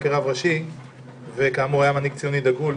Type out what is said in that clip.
בה כרב ראשי והיה כאמור מנהיג ציוני דגול,